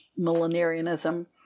millenarianism